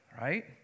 right